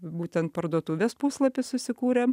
būtent parduotuvės puslapį susikūrėm